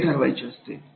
हे ठरवायचे असते